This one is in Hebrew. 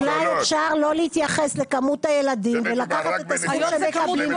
אולי אפשר לא להתייחס לכמות הילדים ולקחת את הסכום שמקבלים